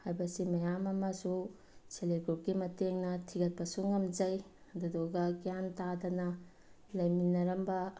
ꯍꯥꯏꯕꯁꯦ ꯃꯌꯥꯝ ꯑꯃꯁꯨ ꯁꯦꯜꯐ ꯍꯦꯜꯞ ꯒ꯭ꯔꯨꯞꯀꯤ ꯃꯇꯦꯡꯅ ꯊꯤꯒꯠꯄꯁꯨ ꯉꯝꯖꯩ ꯑꯗꯨꯗꯨꯒ ꯒ꯭ꯌꯥꯟ ꯇꯥꯗꯅ ꯂꯩꯃꯤꯟꯅꯔꯝꯕ